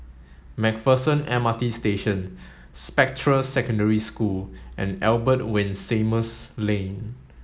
MacPherson M RT Station Spectra Secondary School and Albert Winsemius Lane